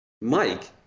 Mike